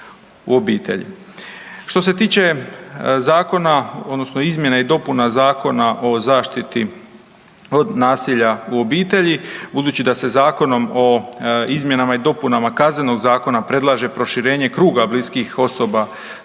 u obitelji. Što se tiče izmjene i dopuna Zakona o zaštiti od nasilja u obitelji, budući da se zakonom o izmjenama i dopunama KZ-a predlaže proširenje kruga bliskih osoba